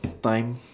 time